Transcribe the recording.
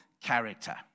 character